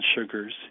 sugars